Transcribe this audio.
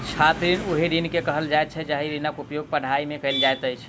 छात्र ऋण ओहि ऋण के कहल जाइत छै जाहि ऋणक उपयोग पढ़ाइ मे कयल जाइत अछि